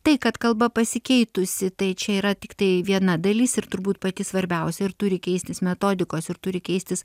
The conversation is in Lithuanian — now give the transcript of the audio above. tai kad kalba pasikeitusi tai čia yra tiktai viena dalis ir turbūt pati svarbiausia ir turi keistis metodikos ir turi keistis